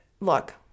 look